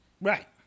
Right